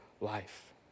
life